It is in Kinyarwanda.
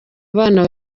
abana